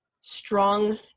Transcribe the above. strong